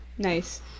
Nice